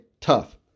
tough